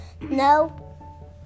no